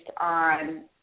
on